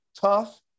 tough